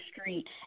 street